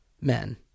men